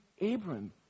Abram